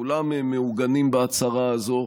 כולם מעוגנים בהצהרה הזאת.